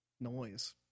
noise